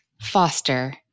foster